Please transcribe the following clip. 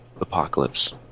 apocalypse